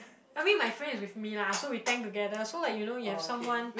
I mean my friend is with me lah so we thank together so like you know you have someone